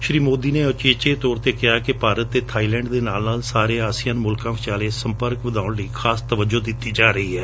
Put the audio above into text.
ਸ਼ੀ ਸੋਦੀ ਨੇ ਉਚੇਚੇ ਤੌਰ ਤੇ ਕਿਹਾ ਕਿ ਭਾਰਤ ਅਤੇ ਬਾਈਲੈਂਡ ਦੇ ਨਾਲ ਨਾਲ ਸਾਰੇ ਆਸਿਅਨ ਮੁਲਕਾਂ ਵਿਚਾਲੇ ਸੰਪਰਕ ਵਧਾਉਣ ਲਈ ਖਾਸ ਤਵੱਜੋ ਦਿੱਤੀ ਜਾ ਰਹੀ ਹੈ